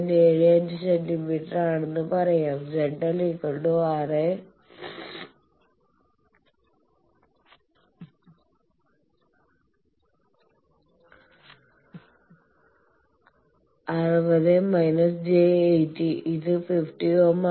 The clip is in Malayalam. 75 സെന്റീമീറ്റർ ആണെന്ന് പറയാം ZL60− j 80 ഇത് 50 ഓം ആണ്